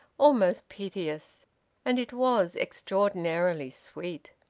almost piteous and it was extraordinarily sweet.